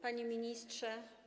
Panie Ministrze!